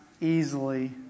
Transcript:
easily